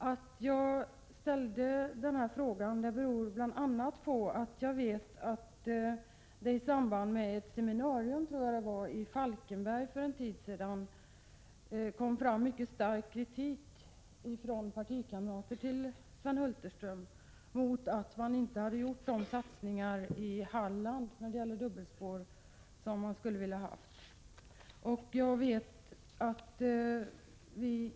Att jag ställde denna fråga beror bl.a. på att jag vet att det i samband med ett seminarium i Falkenberg för en tid sedan kom fram mycket stark kritik från partikamrater till Sven Hulterström mot att de satsningar i Halland på dubbelspår som man skulle ha velat ha där inte gjorts.